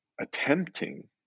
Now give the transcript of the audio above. attempting